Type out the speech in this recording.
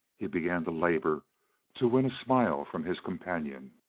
he began to labor to win a smile from his companion.